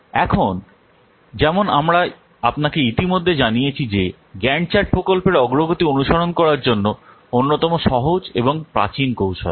এখন যেমন আমরা আপনাকে ইতিমধ্যে জানিয়েছি যে গ্যান্ট চার্ট প্রকল্পের অগ্রগতি অনুসরণ করার জন্য অন্যতম সহজ এবং প্রাচীন কৌশল